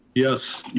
yes,